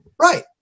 Right